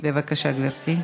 בבקשה גברתי.